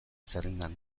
zerrendan